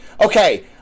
Okay